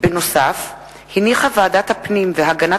הצעת חוק זכויות